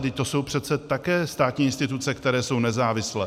Vždyť to jsou přece také státní instituce, které jsou nezávislé.